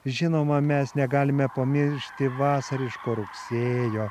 žinoma mes negalime pamiršti vasariško rugsėjo